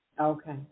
Okay